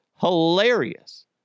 Hilarious